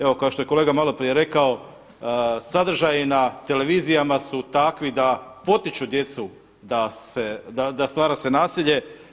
Evo kao što je kolega malo prije rekao, sadržaji na televizijama su takvi da potiču djecu sa se stvara nasilje.